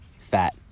fat